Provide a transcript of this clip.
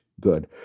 good